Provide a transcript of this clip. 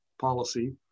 policy